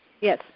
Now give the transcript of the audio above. Yes